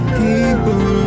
people